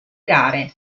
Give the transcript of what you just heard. gare